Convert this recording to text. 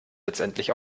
letztlich